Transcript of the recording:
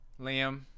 Liam